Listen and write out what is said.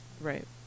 Right